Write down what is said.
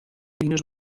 linux